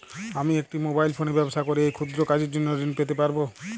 আমি একটি মোবাইল ফোনে ব্যবসা করি এই ক্ষুদ্র কাজের জন্য ঋণ পেতে পারব?